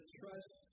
trust